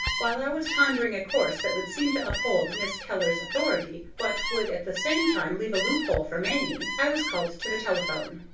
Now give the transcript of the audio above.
while i was pondering a course that would seem to uphold miss keller's authority, but would at the same time leave a loophole for mamie, i was called to the telephone.